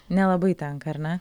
nelabai tenka ar ne